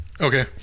Okay